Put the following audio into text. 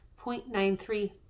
0.93